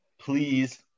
Please